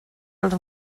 els